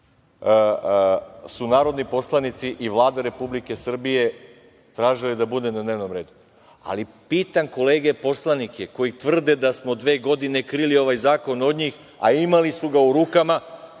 su narodni poslanici i Vlada Republike Srbije tražili da bude na dnevnom redu. Pitam kolege poslanike koji tvrde da smo dve godine krili ovaj zakon od njih, a imali su ga u rukama